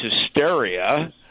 hysteria